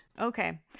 okay